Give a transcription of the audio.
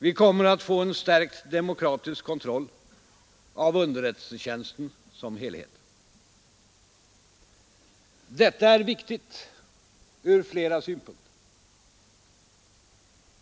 Vi kommer att få en stärkt demokratisk kontroll av underrättelsetjänsten som helhet. Detta är viktigt från flera synpunkter.